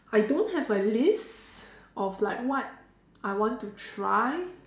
I don't have a list of like what I want to try